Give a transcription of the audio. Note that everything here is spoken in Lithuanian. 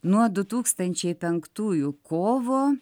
nuo du tūkstančiai penktųjų kovo